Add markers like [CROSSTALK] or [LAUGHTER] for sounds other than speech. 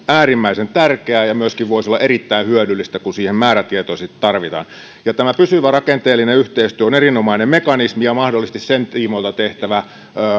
[UNINTELLIGIBLE] äärimmäisen tärkeää ja voisi myöskin olla erittäin hyödyllistä kun siihen määrätietoisesti tartutaan tämä pysyvä rakenteellinen yhteistyö on erinomainen mekanismi ja mahdollisesti sen tiimoilta tehtävät